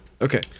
Okay